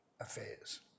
affairs